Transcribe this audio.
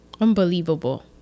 Unbelievable